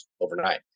overnight